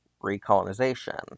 recolonization